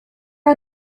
are